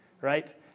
right